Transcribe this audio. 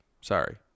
Sorry